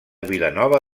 vilanova